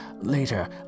Later